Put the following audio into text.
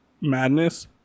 madness